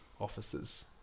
officers